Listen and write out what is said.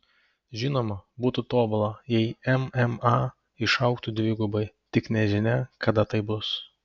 žinoma būtų tobula jei mma išaugtų dvigubai tik nežinia kada tai bus